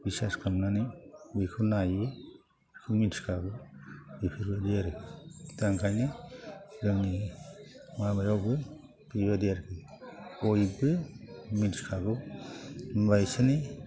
बिसास खालामनानै बेखो नायो बेखौ मिथिखागौ बेफोरबादि आरो दा ओंखायनो जोंनि माबायावबो बेबायदि आरो बयबो मिथिखागौ बेसोरनि